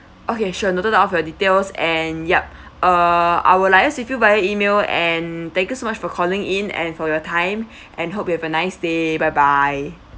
okay sure noted of your details and yup uh I will liaise with you via email and thank you so much for calling in and for your time and hope you have a nice day bye bye